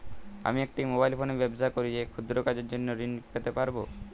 আমি একটি মোবাইল ফোনে ব্যবসা করি এই ক্ষুদ্র কাজের জন্য ঋণ পেতে পারব?